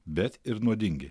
bet ir nuodingi